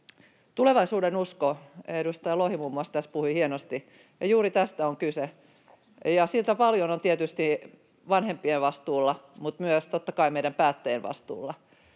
Tulevaisuudenusko — edustaja Lohi muun muassa tästä puhui hienosti, ja juuri tästä on kyse. Siitä paljon on tietysti vanhempien vastuulla, mutta myös totta kai meidän päättäjien vastuulla.